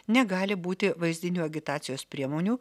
negali būti vaizdinių agitacijos priemonių